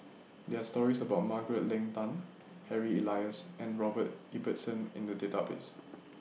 There Are stories about Margaret Leng Tan Harry Elias and Robert Ibbetson in The Database